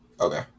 Okay